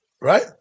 Right